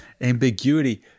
Ambiguity